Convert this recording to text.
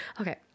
Okay